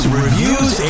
reviews